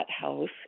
house